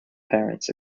parents